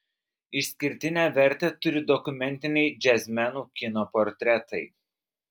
išskirtinę vertę turi dokumentiniai džiazmenų kino portretai